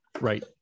right